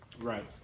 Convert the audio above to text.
Right